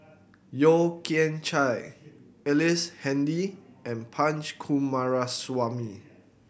Yeo Kian Chye Ellice Handy and Punch Coomaraswamy